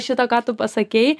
šito ką tu pasakei